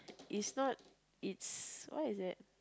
it's not it's what is that